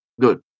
Good